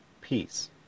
peace